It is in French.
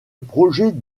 projet